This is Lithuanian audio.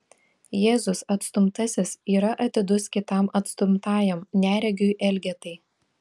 jėzus atstumtasis yra atidus kitam atstumtajam neregiui elgetai